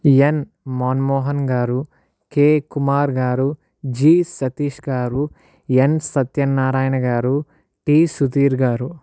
ఎన్ Manmohan garu K Kumar garu G Satish garu N Satyanarayana garu T Sudheer గారు